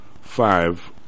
five